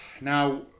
Now